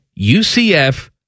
UCF